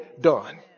done